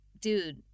dude